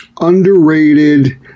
underrated